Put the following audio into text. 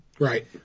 Right